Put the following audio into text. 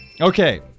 Okay